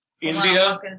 India